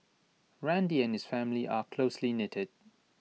randy and his family are closely knitted